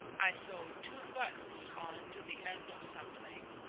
i sewed two buttons on to the end of something,